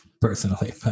personally